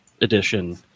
edition